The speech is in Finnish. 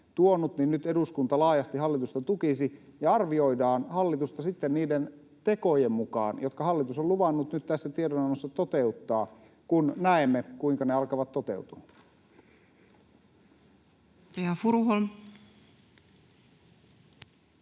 niin nyt eduskunta laajasti hallitusta tukisi, ja arvioidaan hallitusta niiden tekojen mukaan, jotka hallitus on luvannut nyt tässä tiedonannossa toteuttaa, sitten kun näemme, kuinka ne alkavat toteutua.